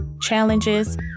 challenges